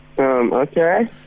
Okay